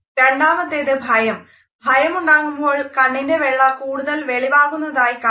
രണ്ടാമത്തെത് ഭയം ഭയമുണ്ടാകുമ്പോൾ കണ്ണിൻറെ വെള്ള കൂടുതൽ വെളിവാകുന്നതായി കാണാം